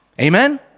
Amen